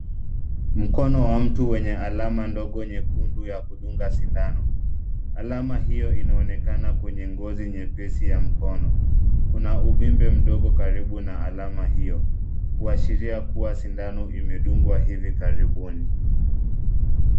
Mkono wa mtu wenye alama ndogo nyekundu ya kudunga sindano. Alama hiyo inaonekana kwenye ngozi nyepesi ya mkono, kuna uvimbe mdogo karibu na alama hiyo, kuashiria kuwa sindano imedungwa hivi karibuni.